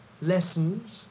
lessons